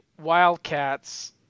Wildcats